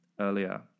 earlier